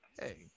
hey